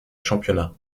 championnat